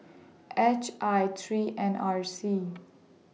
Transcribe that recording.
H I three N R C